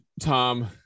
Tom